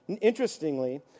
Interestingly